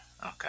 Okay